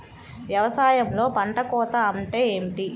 వ్యవసాయంలో పంట కోత అంటే ఏమిటి?